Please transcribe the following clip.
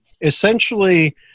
Essentially